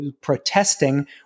protesting